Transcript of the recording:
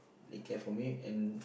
they care for me and